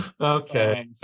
Okay